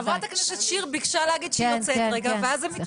חבר הכנסת שיר ביקשה להגיד שהיא יוצאת רגע ואז הן